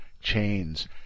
chains